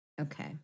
Okay